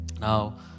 Now